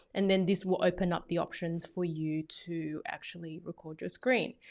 and then this will open up the options for you to actually record your screen.